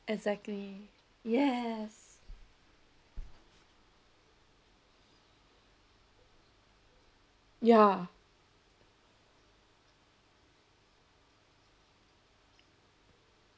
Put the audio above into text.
exactly yes ya